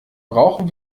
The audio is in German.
brauchen